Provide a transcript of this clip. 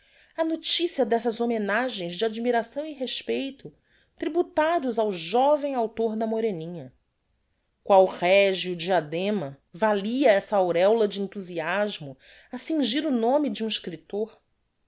a noticia dessas homenagens de admiração e respeito tributados ao joven author da moreninha qual regio diadema valia essa aureola de enthusiasmo á cingir o nome de um escriptor